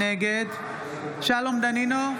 נגד שלום דנינו,